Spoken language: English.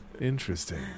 Interesting